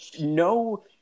no